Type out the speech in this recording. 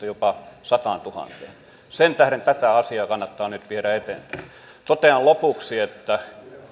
jopa sataantuhanteen sen tähden tätä asiaa kannattaa nyt viedä eteenpäin totean lopuksi että